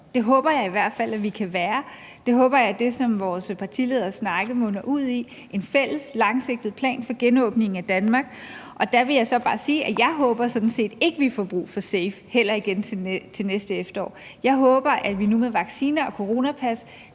Det håber jeg i hvert fald at vi kan være. Det håber jeg er det, som vores partileders snakke munder ud i, nemlig en fælles langsigtet plan for genåbningen af Danmark. Der vil jeg så bare sige, at jeg sådan set ikke håber, at vi får brug for SAVE – heller ikke igen til næste efterår. Jeg håber, at vi nu med vacciner og coronapas